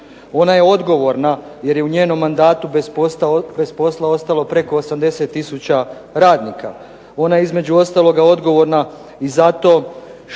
Ona je odgovorna jer je u njenom mandatu bez posla ostalo preko 80 tisuća radnika. Ona je između ostaloga odgovorna i za to što